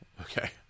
Okay